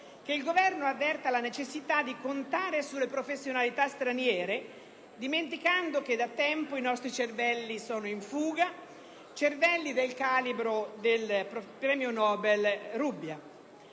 il Governo avverta la necessità di puntare su professionalità straniere, dimenticando che da tempo i nostri cervelli sono in fuga, cervelli del calibro del premio Nobel Rubbia.